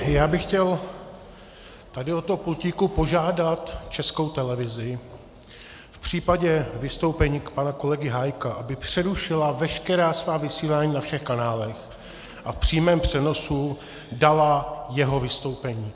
Já bych chtěl tady od toho pultíku požádat Českou televizi v případě vystoupení pana kolegy Hájka, aby přerušila veškerá svá vysílání na všech kanálech a v přímém přenosu dala jeho vystoupení.